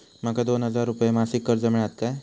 माका दोन हजार रुपये मासिक कर्ज मिळात काय?